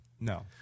No